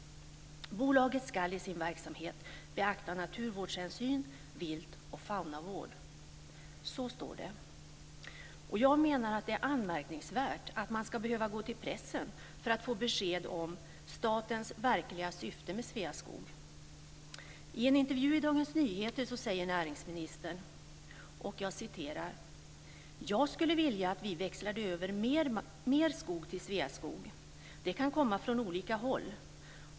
Bolaget skall i sin verksamhet beakta naturvårdshänsyn, vilt och faunavård". Så står det. Jag menar att det är anmärkningsvärt att man ska behöva gå till pressen för att få besked om statens verkliga syfte med Sveaskog. I en intervju i Dagens Nyheter säger näringsministern: "Jag skulle vilja att vi växlade över mer skog till Sveaskog. Det kan komma från olika håll.